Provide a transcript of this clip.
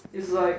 is like